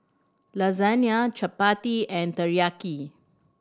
Lasagne Chapati and Teriyaki